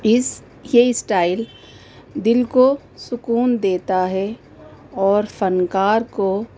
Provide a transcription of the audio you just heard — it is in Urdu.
اس یہ اسٹائل دل کو سکون دیتا ہے اور فنکار کو